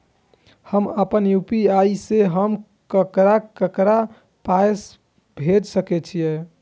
हम आपन यू.पी.आई से हम ककरा ककरा पाय भेज सकै छीयै?